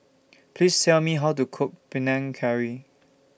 Please Tell Me How to Cook Panang Curry